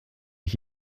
ich